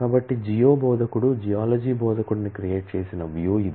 కాబట్టి జియో బోధకుడు జియాలజీ బోధకుడిని క్రియేట్ చేసిన వ్యూ ఇది